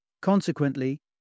Consequently